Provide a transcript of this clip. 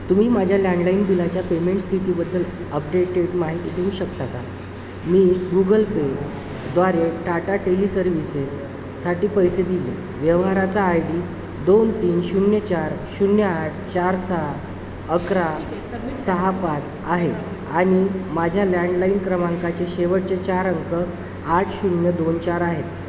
तुम्ही माझ्या लँडलाईन बिलाच्या पेमेंट स्थितीबद्दल अपडेटेड माहिती देऊ शकता का मी गुगल पेद्वारे टाटा टेली सर्व्हिसेससाठी पैसे दिले व्यवहाराचा आय डी दोन तीन शून्य चार शून्य आठ चार सहा अकरा सहा पाच आहे आणि माझ्या लँडलाईन क्रमांकाचे शेवटचे चार अंक आठ शून्य दोन चार आहेत